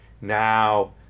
now